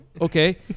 Okay